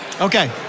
Okay